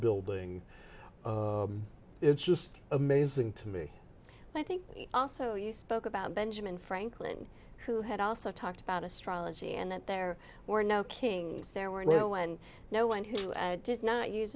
building it's just amazing to me but i think also you spoke about benjamin franklin who had also talked about astrology and that there were no kings there were no one no one who did not use